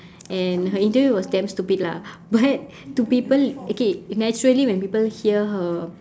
and her interview was damn stupid lah but to people okay naturally when people hear her